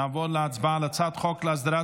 נעבור להצבעה בקריאה הראשונה על הצעת החוק להסדרת